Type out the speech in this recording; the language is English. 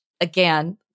again